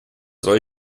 soll